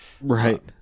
Right